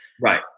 Right